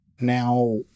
Now